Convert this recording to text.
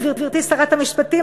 גברתי שרת המשפטים,